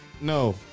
No